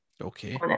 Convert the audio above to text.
okay